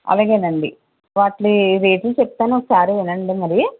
అలాగేనండి వాటివి ఈ రేట్లు చెప్తాను ఒకసారి వినండి మరి